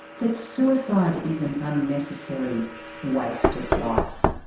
that suicide is an unnecessary waste of life.